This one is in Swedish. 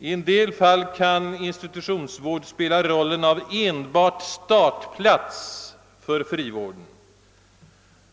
I en del fall kan institutionsvård spela rollen av enbart startplats för frivården.